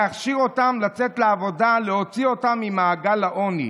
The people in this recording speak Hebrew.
להכשיר אותן לצאת לעבודה ולהוציא אותן ממעגל העוני.